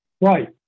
Right